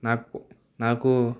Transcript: నాక్ నాకు